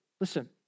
Listen